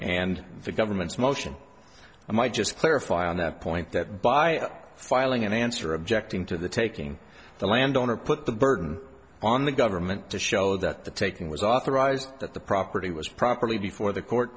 and the government's motion i might just clarify on that point that by filing an answer objecting to the taking the landowner put the burden on the government to show that the taking was authorized that the property was properly before the court